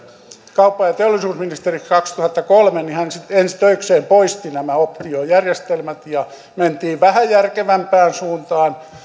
kauppa ja teollisuusministeriksi kaksituhattakolme hän sitten ensi töikseen poisti nämä optiojärjestelmät ja mentiin vähän järkevämpään suuntaan